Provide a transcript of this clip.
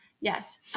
Yes